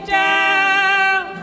down